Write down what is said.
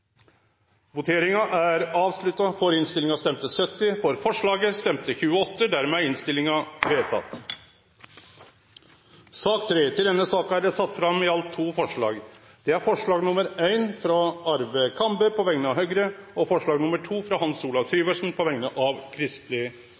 forslaget. Under debatten er det sett fram i alt to forslag. Det er forslag nr. 1, frå Arve Kambe på vegner av Høgre forslag nr. 2, frå Hans Olav